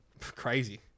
crazy